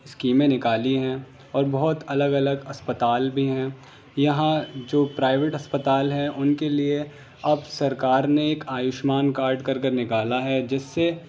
اسکیمیں نکالی ہیں اور بہت الگ الگ اسپتال بھی ہیں یہاں جو پرائیویٹ اسپتال ہیں ان کے لیے اب سرکار نے ایک آیوشمان کارڈ کر کر نکالا ہے جس سے